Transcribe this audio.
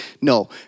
No